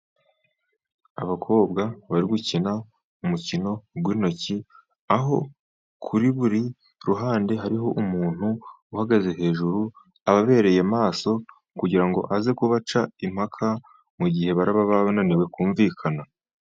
Abakobwa bari gukina umukino w'intoki, aho kuri buri ruhande hariho umuntu uhagaze hejuru, ababereye maso kugira ngo aze kubaca impaka mu gihe baraba bananiwe kumvikana.